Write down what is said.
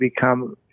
become